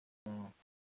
ꯎꯝ